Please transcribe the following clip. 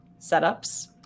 setups